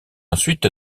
ensuite